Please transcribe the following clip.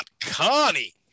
Connie